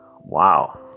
Wow